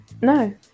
no